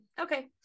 okay